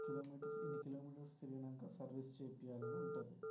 kilometres ఇన్ని kilometres తిరిగినాక service చేపియాలని ఉంటుంది